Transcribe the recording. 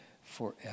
forever